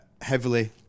heavily